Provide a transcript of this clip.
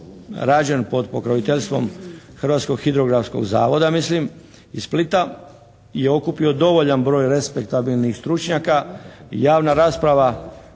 rađen pod pokroviteljskog Hrvatskog hidrografskog zavoda mislim, iz Splita, je okupio dovoljan broj respektabilnih stručnjaka. Javna rasprava